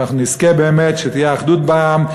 שאנחנו נזכה באמת שתהיה אחדות בעם,